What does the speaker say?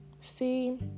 see